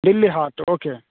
Delhi heart okay